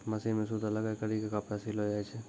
machine मे सूता लगाय करी के कपड़ा सिलो जाय छै